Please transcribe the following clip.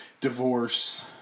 Divorce